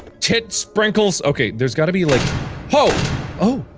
tit sprinkles! ok. there's gotta be like hoh oh